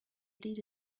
did